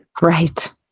Right